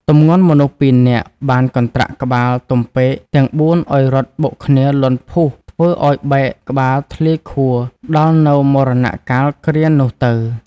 ទម្ងន់មនុស្សពីរនាក់បានកន្ត្រាក់ក្បាល ទំពែក ទាំងបួនឱ្យរត់បុកគ្នាលាន់ភូស ធ្វើឱ្យបែក ក្បាលធ្លាយខួរដល់នូវមរណកាលគ្រានោះទៅ។